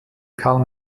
karl